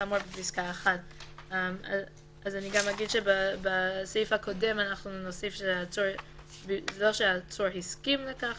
כאמור בפסקה (1); אני אגיד שבסעיף הקודם נגיד לא שהעצור הסכים לכך,